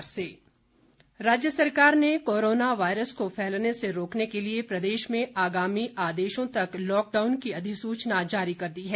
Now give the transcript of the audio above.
lockdown राज्य सरकार ने कोरोना वायरस को फैलने से रोकने के लिए प्रदेश में आगामी आदेशों तक लॉकडाउन की अधिसूचना जारी कर दी है